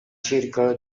circolo